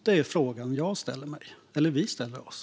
Det är den fråga vi ställer oss.